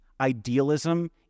Idealism